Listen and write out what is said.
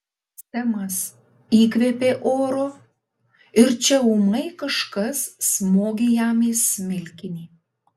semas įkvėpė oro ir čia ūmai kažkas smogė jam į smilkinį